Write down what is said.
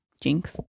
jinx